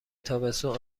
تابستون